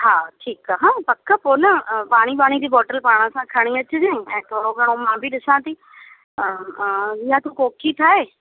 हा ठीकु आहे हां पक पोइ न पाणी वाणी जी बोटल पाण सां खणी अचिजांइ ऐं थोरो घणो मां बि ॾिसां थी न तूं कोकी ठाहे